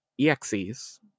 exes